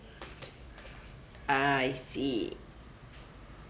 I see